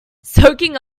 soaking